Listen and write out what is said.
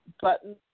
button